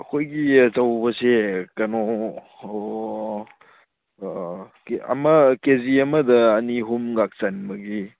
ꯑꯩꯈꯣꯏꯒꯤ ꯑꯆꯧꯕꯁꯤ ꯀꯩꯅꯣ ꯑꯃ ꯀꯦꯖꯤ ꯑꯃꯗ ꯑꯅꯤ ꯑꯍꯨꯝꯒ ꯆꯟꯕꯒꯤ